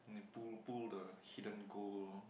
then they pull pull the hidden gold lor